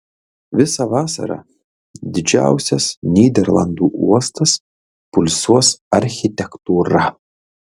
visą vasarą didžiausias nyderlandų uostas pulsuos architektūra